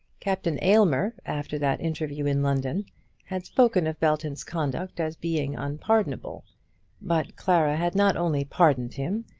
captain aylmer after that interview in london had spoken of belton's conduct as being unpardonable but clara had not only pardoned him,